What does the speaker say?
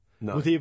No